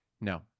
No